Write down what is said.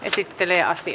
olkaa hyvä